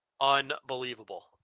Unbelievable